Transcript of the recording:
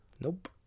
Nope